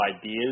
ideas